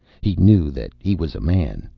he knew that he was a man,